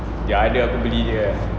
dia ada aku beli jer ah